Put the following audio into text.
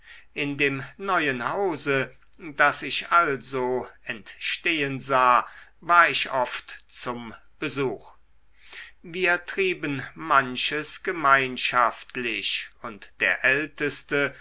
in dem neuen hause das ich also entstehen sah war ich oft zum besuch wir trieben manches gemeinschaftlich und der älteste